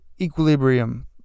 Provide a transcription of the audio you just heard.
equilibrium